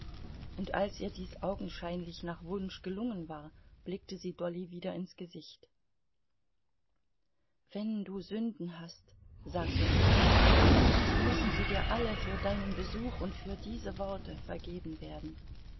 und als ihr dies augenscheinlich nach wunsch gelungen war blickte sie dolly wieder ins gesicht wenn du sünden hast sagte sie so müssen sie dir alle für deinen besuch und für diese worte vergeben werden